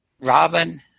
robin